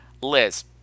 Liz